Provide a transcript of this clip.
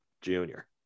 Junior